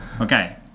okay